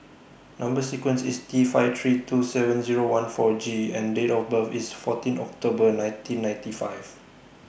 Number sequence IS T five three two seven Zero one four G and Date of birth IS fourteen October nineteen fifty five